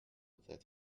that